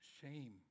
shame